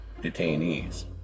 detainees